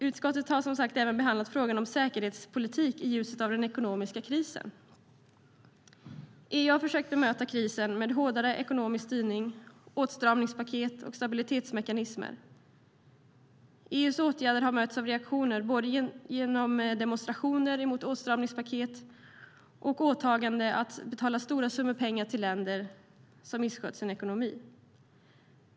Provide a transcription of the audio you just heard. Utskottet har som sagt även behandlat frågan om säkerhetspolitik i ljuset av den ekonomiska krisen. EU har försökt bemöta krisen med hårdare ekonomisk styrning, åtstramningspaket och stabilitetsmekanismer. EU:s åtgärder har mötts av reaktioner i form av demonstrationer mot åtstramningspaket och mot åtagandet att betala stora summor pengar till länder som misskött sin ekonomi.